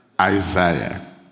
Isaiah